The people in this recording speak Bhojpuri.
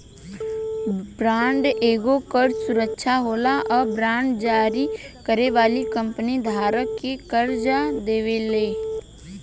बॉन्ड एगो कर्जा सुरक्षा होला आ बांड जारी करे वाली कंपनी धारक के कर्जा देवेले